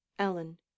ellen